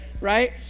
right